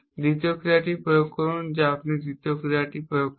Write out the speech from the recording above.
দ্বিতীয় ক্রিয়াটি প্রয়োগ করুন যা আপনি তৃতীয় ক্রিয়াটি প্রয়োগ করেন